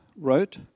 wrote